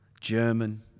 German